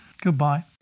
Goodbye